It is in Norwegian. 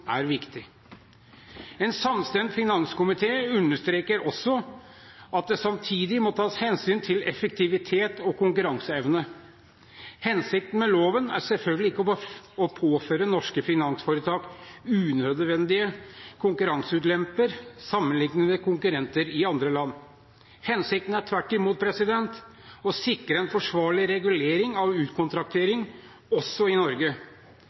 er viktig. En samstemt finanskomité understreker også at det samtidig må tas hensyn til effektivitet og konkurranseevne. Hensikten med loven er selvfølgelig ikke å påføre norske finansforetak unødvendige konkurranseulemper sammenlignet med konkurrenter i andre land. Hensikten er tvert imot å sikre en forsvarlig regulering av utkontraktering også i Norge.